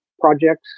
projects